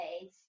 days